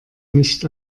nicht